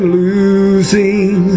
losing